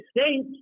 States